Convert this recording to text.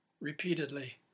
repeatedly